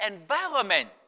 environment